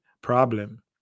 problem